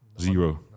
zero